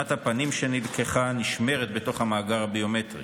תמונת הפנים שנלקחה נשמרת בתוך המאגר הביומטרי.